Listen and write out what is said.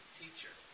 teacher